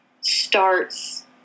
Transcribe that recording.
starts